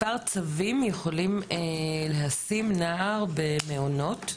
מספר צווים יכולים לשים נער במעונות.